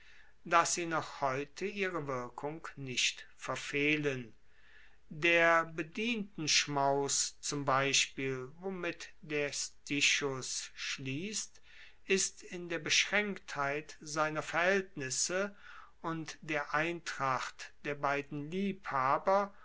dass sie noch heute ihre wirkung nicht verfehlen der bedientenschmaus zum beispiel womit der stichus schliesst ist in der beschraenktheit seiner verhaeltnisse und der eintracht der beiden liebhaber